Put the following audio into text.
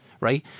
right